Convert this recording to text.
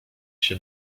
się